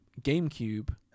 GameCube